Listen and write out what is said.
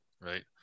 Right